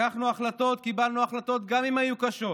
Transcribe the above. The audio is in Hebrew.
לקחנו החלטות, קיבלנו החלטות, גם אם הן היו קשות.